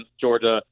Georgia